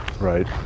Right